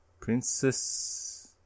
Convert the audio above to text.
Princess